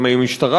גם המשטרה,